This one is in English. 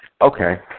Okay